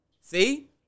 see